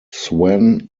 swann